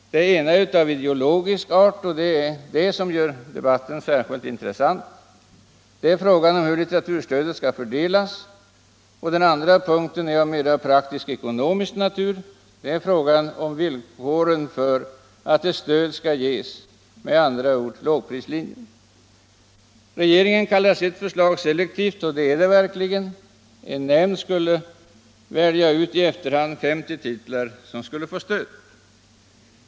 Den ena är av ideologisk art — vilket gör debatten särskilt intressant — nämligen frågan om hur litteraturstödet skall fördelas. Den andra punkten är av mer praktisk-ekonomisk natur och gäller villkoren för att ett stöd skall ges — med andra ord lågprislinjen. Regeringen kallar sitt förslag selektivt, vilket det verkligen är. En nämnd skall i efterhand välja ut 50 titlar som skall få stöd.